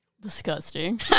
Disgusting